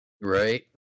Right